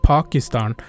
Pakistan